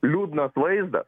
liūdnas vaizdas